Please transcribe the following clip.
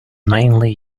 mainly